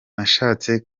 nashatse